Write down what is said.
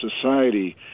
society